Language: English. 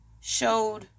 showed